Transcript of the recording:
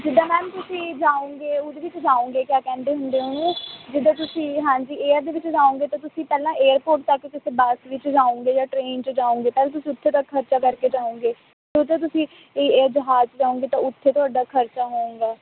ਜਿੱਦਾਂ ਮੈਮ ਤੁਸੀਂ ਜਾਓਗੇ ਉਹਦੇ ਵਿੱਚ ਜਾਓਗੇ ਕਿਆ ਕਹਿੰਦੇ ਹੁੰਦੇ ਉਹਨੂੰ ਜਿੱਦਾਂ ਤੁਸੀਂ ਹਾਂਜੀ ਏਅਰ ਦੇ ਵਿੱਚ ਜਾਓਗੇ ਤਾਂ ਤੁਸੀਂ ਪਹਿਲਾਂ ਏਅਰਪੋਰਟ ਤੱਕ ਕਿਸੇ ਬੱਸ ਵਿੱਚ ਜਾਓਗੇ ਜਾਂ ਟਰੇਨ 'ਚ ਜਾਓਗੇ ਤਾਂ ਤੁਸੀਂ ਉੱਥੇ ਤੱਕ ਖਰਚਾ ਕਰਕੇ ਜਾਓਗੇ ਦੂਜਾ ਤੁਸੀਂ ਇ ਜਹਾਜ 'ਚ ਜਾਓਗੇ ਤਾਂ ਉੱਥੇ ਤੁਹਾਡਾ ਖਰਚਾ ਹੋਵੇਗਾ